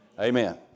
Amen